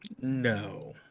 No